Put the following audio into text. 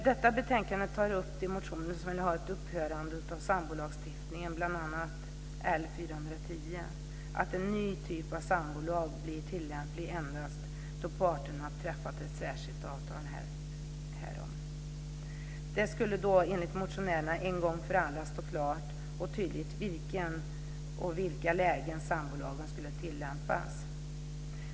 Detta betänkande tar upp de motioner som vill ha ett upphörande av sambolagstiftningen, bl.a. motion L410, och att en ny typ av sambolag ska bli tillämplig endast då parterna träffat ett särskilt avtal härom. Det skulle då enligt motionärerna en gång för alla stå klart för vilka och i vilka lägen sambolagen skulle tillämpas.